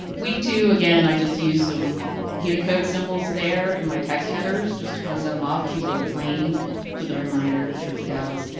we too again, i just used some unicode symbols there in my text headers. just to kind of set them off, cute little plane for the reminder trip dallas.